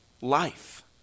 life